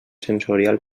sensorial